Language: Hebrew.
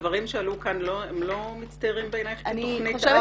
הדברים שעלו כאן הם לא מצטיירים בעיניך כתוכנית אב?